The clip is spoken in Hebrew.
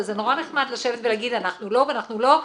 זה נורא נחמד לשבת ולהגיד, אנחנו לא, אנחנו לא.